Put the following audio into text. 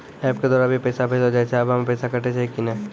App के द्वारा भी पैसा भेजलो जाय छै आबै मे पैसा कटैय छै कि नैय?